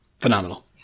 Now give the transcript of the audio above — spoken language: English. Phenomenal